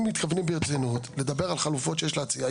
אם מתכוונים ברצינות לדבר על חלופות שיש להציע,